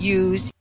use